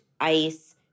ice